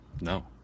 No